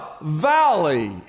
valley